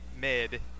mid